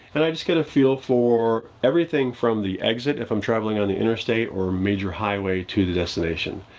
and i just got a feel for everything from the exit if i'm traveling on the interstate or major highway to the destination.